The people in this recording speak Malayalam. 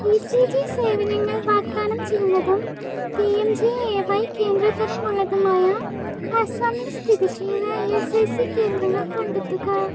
ഇ സി ജി സേവനങ്ങൾ വാഗ്ദാനം ചെയ്യുന്നതും P M J A Y കേന്ദ്ര തരം ഉള്ളതുമായ ആസ്സാമിൽ സ്ഥിതി ചെയ്യുന്ന ഇ എസ് ഐ സി കേന്ദ്രങ്ങൾ കണ്ടെത്തുക